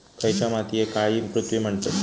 खयच्या मातीयेक काळी पृथ्वी म्हणतत?